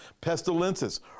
Pestilences